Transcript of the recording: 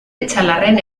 etxalarren